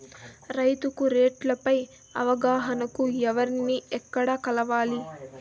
రైతుకు రేట్లు పై అవగాహనకు ఎవర్ని ఎక్కడ కలవాలి?